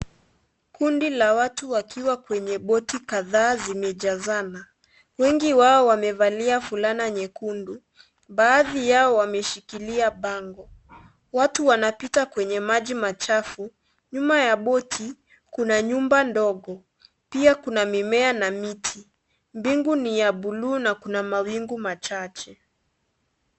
Kundi la watu wakiwa kwenye boti kadhaa zimejazana. Wengi wao wamevalia fulana nyekundu. Baadhi yao wameshikilia bango. Watu wanapita kwenye maji machafu. Nyuma ya boti kuna nyumba ndogo. Pia kuna mimea na miti. Bingu ni ya buluu na kuna mawingu machache.